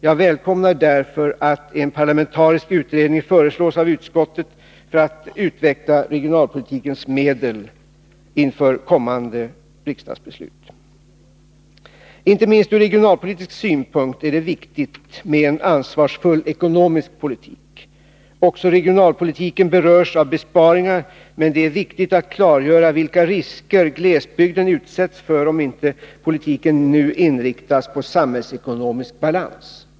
Jag välkomnar därför att en parlamentarisk utredning föreslås av utskottet för att utveckla regionalpolitikens medel inför kommande riksdagsbeslut. Inte minst ur regionalpolitisk synpunkt är det viktigt med en ansvarsfull ekonomisk politik. Också regionalpolitiken berörs av besparingar, men det är viktigt att klargöra vilka risker glesbygden utsätts för om inte politiken nu inriktas på samhällsekonomisk balans.